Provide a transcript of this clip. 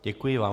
Děkuji vám.